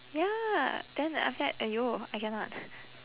ya then like after that !aiyo! I cannot